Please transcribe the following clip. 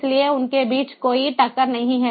इसलिए उनके बीच कोई टक्कर नहीं है